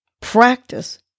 Practice